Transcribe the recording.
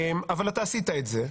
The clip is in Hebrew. אבל אתה עשית את זה.